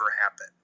happen